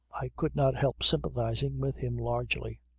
i could not help sympathizing with him largely.